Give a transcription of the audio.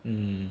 mm